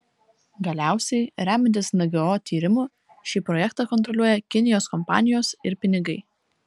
galiausiai remiantis ngo tyrimu šį projektą kontroliuoja kinijos kompanijos ir pinigai